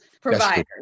providers